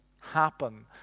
happen